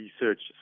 research